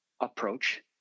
approach